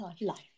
life